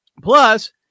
Plus